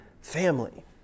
family